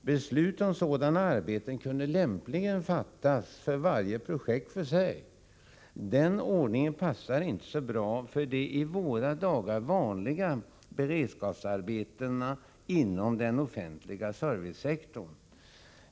Beslut om sådana arbeten kunde lämpligen fattas för varje projekt för sig. Denna ordning passar inte så bra för de i våra dagar vanliga beredskapsarbetena inom den offentliga servicesektorn.